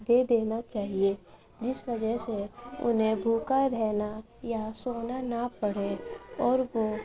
دے دینا چاہیے جس وجہ سے انہیں بھوکا رہنا یا سونا نہ پڑے اور وہ